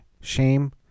shame